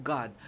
God